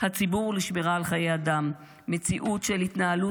הציבור ולשמירה על חיי אדם --- מציאות של התנהלות